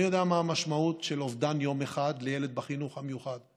אני יודע מה המשמעות של אובדן יום אחד לילד בחינוך המיוחד.